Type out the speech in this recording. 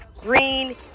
Green